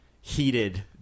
heated